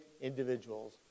individuals